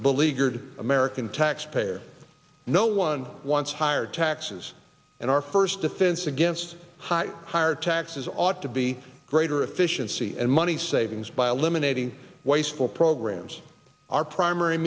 beleaguered american taxpayer no one wants higher taxes and our first defense against high higher taxes ought to be greater efficiency and money savings by a lemonade ing wasteful programs our primary